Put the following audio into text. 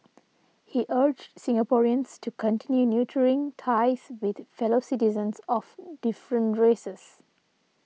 he urged Singaporeans to continue nurturing ties with fellow citizens of different races